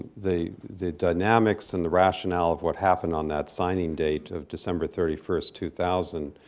the the dynamics and the rationale of what happened on that signing date of december thirty first, two thousand,